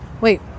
Wait